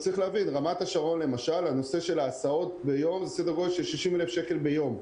צריך להבין שנושא ההסעות ברמת השרון הוא סדר גודל של 60,000 שקל ביום.